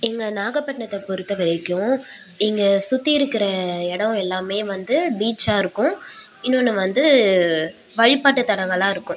எங்கள் நாகப்பட்டினத்தை பொறுத்தவரைக்கும் இங்கே சுற்றி இருக்கிற இடம் எல்லாம் வந்து பீச்சாக இருக்கும் இன்னொன்னு வந்து வழிப்பாட்டு தலங்களாக இருக்கும்